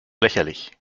lächerlich